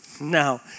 Now